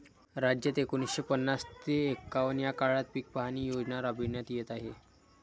राज्यात एकोणीसशे पन्नास ते एकवन्न या काळात पीक पाहणी योजना राबविण्यात येत आहे